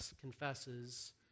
confesses